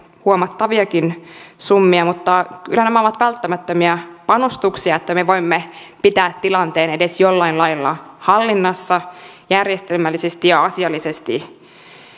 huomattaviakin summia mutta kyllä nämä ovat välttämättömiä panostuksia että me voimme pitää tilanteen edes jollain lailla hallinnassa järjestelmällisesti ja asiallisesti